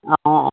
অঁ